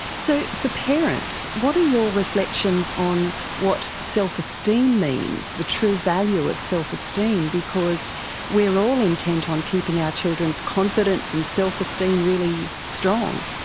so for parents, what are your reflections on what self-esteem means, the true value of self-esteem? because we are all intent on keeping our children's confidence and self-esteem really strong.